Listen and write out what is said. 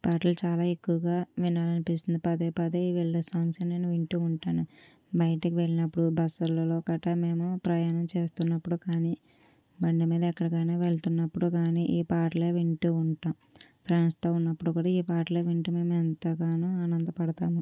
ఈ పాటలు చాలా ఎక్కువగా వినాలని అనిపిస్తుంది పదే పదే వీళ్ళ సాంగ్స్ నేను వింటూ ఉంటాను బయటికి వెళ్ళినప్పుడు బస్సులలో గట్టా మేము ప్రయాణం చేస్తున్నప్పుడు కానీ బండి మీద ఎక్కడికైనా వెళుతున్నప్పుడుకానీ ఈ పాటలే వింటూ ఉంటాము ఫ్రెండ్స్తో ఉన్నప్పుడు కూడా ఈ పాటలే వింటూ మేము ఎంతగానో ఆనందపడతాము